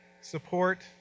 support